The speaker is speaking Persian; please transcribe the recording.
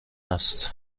است